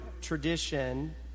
tradition